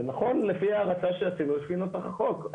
זה נכון לפי ההרצה שעשינו לפי נוסח החוק.